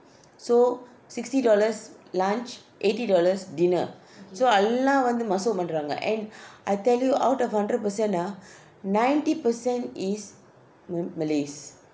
so sixty dollars lunch eighty dollars dinner so எல்லா வந்து:ella vanthu masuk பன்றாங்க:pandranga and I tell you out of hundred percent ah ninety percent is ma~ malays